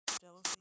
Jealousy